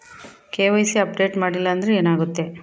KYC update ಮಾಡಿಲ್ಲ ಅಂದ್ರೆ ಏನಾಗುತ್ತೆ?